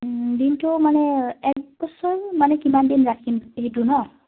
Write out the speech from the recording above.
দিনটো মানে একবছৰ মানে কিমান দিন ৰাখিম সেইটো ন